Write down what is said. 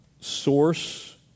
source